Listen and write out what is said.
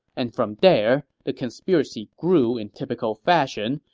and from there, the conspiracy grew in typical fashion,